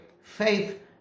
Faith